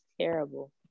terrible